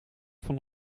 van